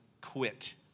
quit